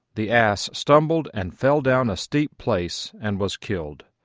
the ass stumbled and fell down a steep place and was killed.